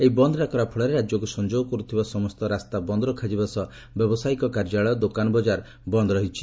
ଏହି ବନ୍ଦ ଡାକରା ଫଳରେ ରାଜ୍ୟକୁ ସଂଯୋଗ କରୁଥିବା ସମସ୍ତ ରାସ୍ତା ବନ୍ଦ ରଖାଯିବା ସହ ବ୍ୟବସାୟିକ କାର୍ଯ୍ୟାଳୟ ଦୋକାନ ବଜାର ବନ୍ଦ ରହିଛି